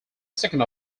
second